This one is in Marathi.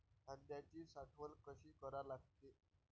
कांद्याची साठवन कसी करा लागते?